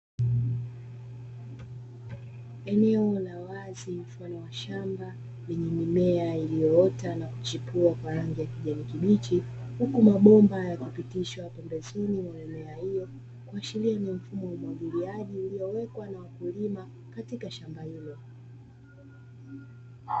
Eneo la wazi mfano wa shamba lenye mimea iliyoota na kuchipua kwa rangi ya kijani kibichi, huku mabomba yakipitishwa pembezoni mwa mimiea hiyo, kuashiria ni mfumo wa umwagiliaji uliowekwa na wakulima katika shamba hilo.